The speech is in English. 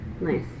Nice